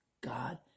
God